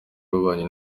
w’ububanyi